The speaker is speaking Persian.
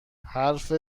حرف